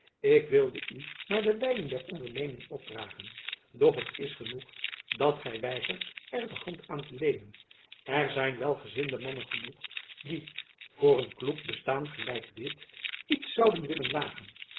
ik wilde u maar de leiding der onderneming opdragen doch het is genoeg dat gy weigert er de hand aan te leenen er zijn welgezinde mannen genoeg die voor een kloek bestaan gelijk dit iets zouden willen wagen